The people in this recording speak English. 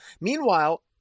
Meanwhile